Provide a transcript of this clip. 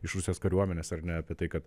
iš rusijos kariuomenės ar ne apie tai kad